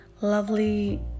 lovely